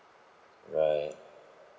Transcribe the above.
right